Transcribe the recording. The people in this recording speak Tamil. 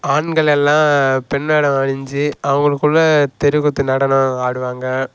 ஆண்களெல்லாம் பெண் வேடம் அணிஞ்சு அவர்களுக்குள்ள தெருக்கூத்து நடனம் ஆடுவாங்க